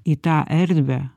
į tą erdvę